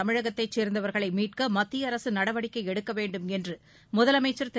தமிழகத்தைச் சேர்ந்தவர்களை மீட்க மத்திய அரசு நடவடிக்கை எடுக்க வேண்டும் என்று முதலமைச்சர் திரு